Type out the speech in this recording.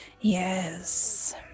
Yes